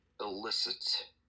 illicit